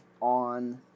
on